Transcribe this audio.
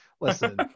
listen